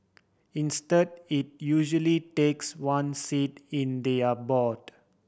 instead it usually takes one seat in their board